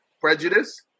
prejudice